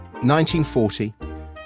1940